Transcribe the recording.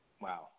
Wow